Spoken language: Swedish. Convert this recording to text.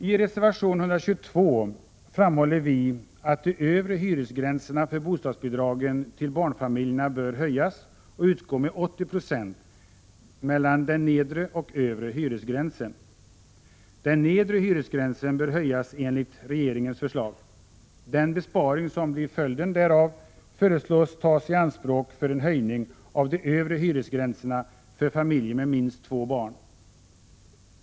I reservation 122 framhåller vi att de övre hyresgränserna för bostadsbidragen till barnfamiljerna bör höjas och bostadsbidrag utgå med 80 20 av bostadskostnaden mellan den nedre och övre hyresgränsen. Den nedre hyresgränsen bör höjas enligt regeringens förslag. Den besparing som blir följden därav föreslås tas i anspråk för en höjning av de övre hyresgränserna för familjer med minst två barn.